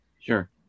sure